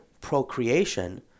procreation